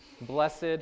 Blessed